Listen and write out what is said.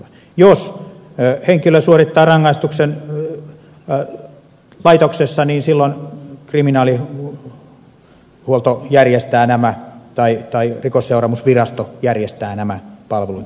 jos henkilö suorittaa rangaistuksen laitoksessa niin silloin rikosseuraamusvirasto järjestää nämä palvelut